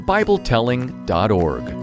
BibleTelling.org